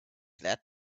glad